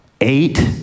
Eight